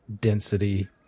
density